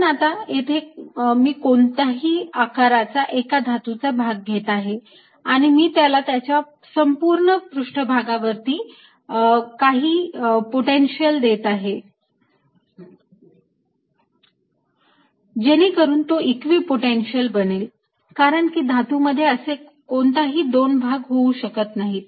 पण आता येथे मी कोणत्याही आकाराचा एक धातूचा भाग घेत आहे आणि मी त्याला त्याच्या संपुर्ण पृष्ठभागावरती काही पोटेन्शिअल देत आहे जेणेकरून तो इक्विपोटेन्शियल बनेल कारण की धातूमध्ये असे कोणतेही दोन भाग होऊ शकत नाहीत